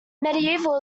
mediaeval